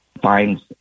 finds